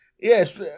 yes